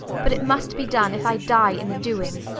but it must be done if i die in the doing.